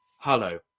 Hello